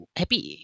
happy